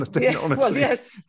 yes